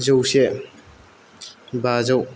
जौसे बाजौ